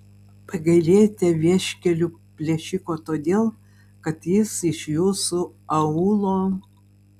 pagailėjote vieškelių plėšiko todėl kad jis iš jūsų aūlo